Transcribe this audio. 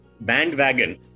bandwagon